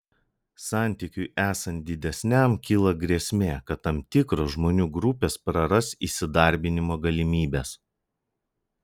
santykiui esant didesniam kyla grėsmė kad tam tikros žmonių grupės praras įsidarbinimo galimybes